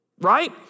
right